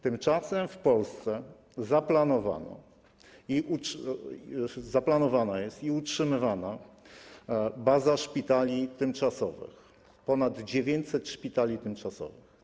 Tymczasem w Polsce zaplanowana jest i utrzymywana baza szpitali tymczasowych, ponad 900 szpitali tymczasowych.